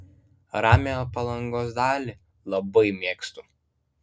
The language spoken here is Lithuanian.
ramiąją palangos dalį labai mėgstu